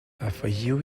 afegiu